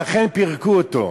ואכן פירקו אותו.